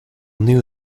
knew